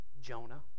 Jonah